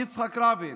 יצחק רבין.